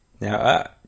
now